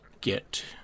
get